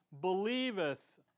believeth